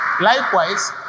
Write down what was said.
Likewise